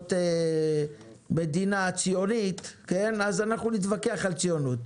שזאת מדינה ציונית, אז אנחנו נתווכח על ציונות.